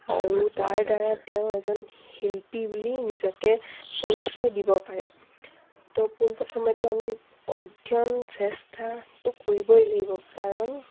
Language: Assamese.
আৰু তাৰ দ্বাৰা তেওঁ এজন শিল্পী বুলি নিজকে পৰিচয় দিব পাৰে ত' পোনপ্ৰথমেতো আমি অধ্যয়ন চেষ্টাটো কৰিবই লাগিব কাৰণ